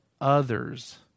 others